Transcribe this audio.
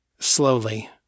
Slowly